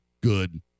good